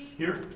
here.